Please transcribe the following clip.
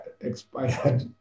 expired